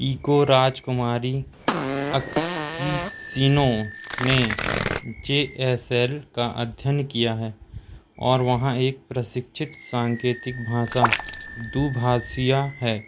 किको राजकुमारी अकिशिनो ने J S L का अध्ययन किया है और वह एक प्रशिक्षित सांकेतिक भाषा दुभाषीय हैं